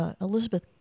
Elizabeth